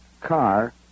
car